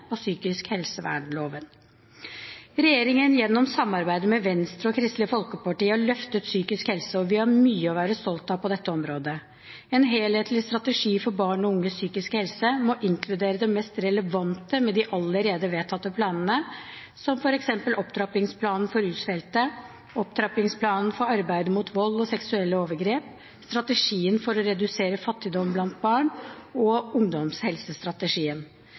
og psykisk helsevernloven. Regjeringen har gjennom samarbeidet med Venstre og Kristelig Folkeparti løftet psykisk helse, og vi har mye å være stolte av på dette området. En helhetlig strategi for barns og unges psykiske helse må inkludere det mest relevante med de allerede vedtatte planene, som f.eks. opptrappingsplanen for rusfeltet, opptrappingsplanen for arbeidet mot vold og seksuelle overgrep, strategien for å redusere fattigdom blant barn og ungdomshelsestrategien.